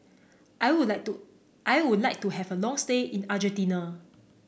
I would like to I would like to have a long stay in Argentina